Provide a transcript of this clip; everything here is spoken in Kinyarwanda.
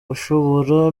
hashobora